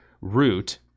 root